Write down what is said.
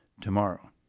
tomorrow